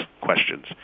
questions